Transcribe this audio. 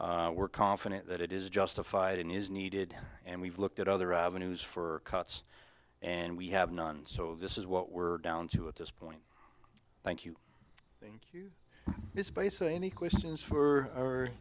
but we're confident that it is justified and is needed and we've looked at other avenues for cuts and we have none so this is what we're down to at this point thank you this basically any questions for